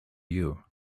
you